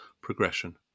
progression